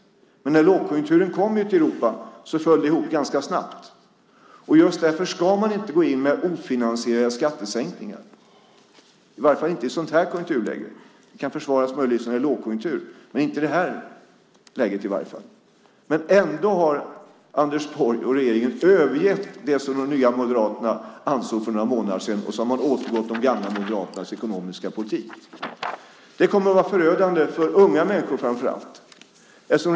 Men när lågkonjunkturen kom ute i Europa föll det ihop ganska snabbt. Just därför ska man inte gå in med ofinansierade skattesänkningar, i varje fall inte i ett sådant här konjunkturläge. Det kan möjligtvis försvaras när det är lågkonjunktur, men inte i det här läget. Ändå har Anders Borg och regeringen övergett det som Nya moderaterna ansåg för några månader sedan. Man har återgått till de gamla moderaternas ekonomiska politik. Det kommer att vara förödande för framför allt unga människor.